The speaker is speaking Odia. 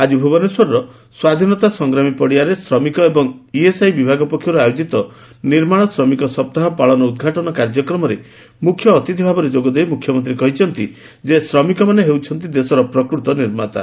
ଆକି ଭୁବନେଶ୍ୱରର ସ୍ୱାଧୀନତା ସଂଗ୍ରାମୀ ପଡ଼ିଆରେ ଶ୍ରମିକ ଏବଂ ଇଏସ୍ଆଇ ବିଭାଗ ପକ୍ଷରୁ ଆୟୋକିତ ନିର୍ମାଣ ଶ୍ରମିକ ସପ୍ତାହ ପାଳନ ଉଦ୍ଘାଟନ କାର୍ଯ୍ୟକ୍ରମରେ ମୁଖ୍ୟ ଅତିଥି ଭାବରେ ଯୋଗଦେଇ ମୁଖ୍ୟମନ୍ତୀ କହିଛନ୍ତି ଶ୍ରମିକମାନେ ହେଉଛନ୍ତି ଦେଶର ପ୍ରକୃତ ନିର୍ମାତା